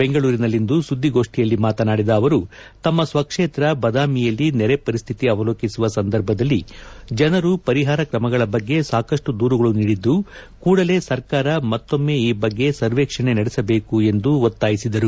ಬೆಂಗಳೂರಿನಲ್ಲಿಂದು ಸುದ್ದಿಗೋಷ್ಠಿಯಲ್ಲಿ ಮಾತನಾಡಿದ ಅವರು ತಮ್ಮ ಸ್ವಕ್ಷೇತ್ರ ಬದಾಮಿಯಲ್ಲಿ ನೆರೆ ಪರಿಸ್ಥಿತಿ ಅವಲೋಕಿಸುವ ಸಂದರ್ಭದಲ್ಲಿ ಜನರು ಪರಿಹಾರ ಕ್ರಮಗಳ ಬಗ್ಗೆ ಸಾಕಷ್ಟು ದೂರುಗಳು ನೀಡಿದ್ದು ಕೂಡಲೇ ಸರ್ಕಾರ ಮತ್ತೊಮ್ಮೆ ಈ ಬಗ್ಗೆ ಸರ್ವೇಕ್ಷಣೆ ನಡೆಸಬೇಕು ಎಂದು ಒತ್ತಾಯಿಸಿದರು